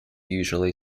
usually